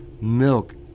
milk